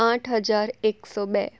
આઠ હજાર એકસો બે